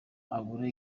abura